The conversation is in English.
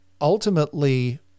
ultimately